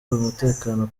n’umutekano